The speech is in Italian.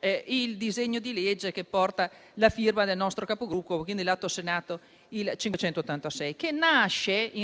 il disegno di legge che porta la firma del nostro Capogruppo, l'Atto Senato 586. Esso nasce -